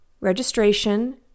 registration